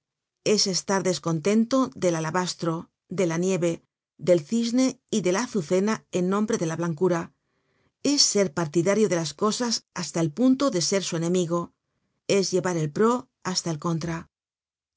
es estar descontento del alabastro de la nieve del cisne y de la azucena en nombre de la blancura es ser partidario de las cosas hasta el punto de ser su enemigo es llevar el pró hasta el contra